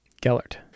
Gellert